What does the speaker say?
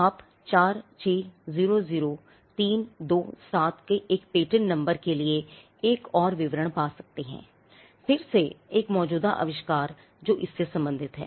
आप 4600327 के एक पेटेंट नंबर के लिए एक और विवरण पा सकते हैं फिर से एक मौजूदा आविष्कार जो इससे संबंधित है